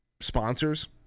sponsors